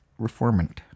reformant